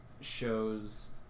shows